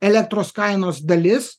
elektros kainos dalis